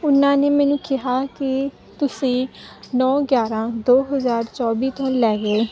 ਉਨਾਂ ਨੇ ਮੈਨੂੰ ਕਿਹਾ ਕਿ ਤੁਸੀਂ ਨੌ ਗਿਆਰ੍ਹਾਂ ਦੋ ਹਜ਼ਾਰ ਚੌਵੀ ਤੋਂ ਲੈ ਕੇ